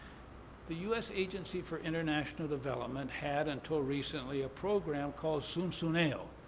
the u s. agency for international development had until recently a program called zunzuneo.